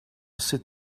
sit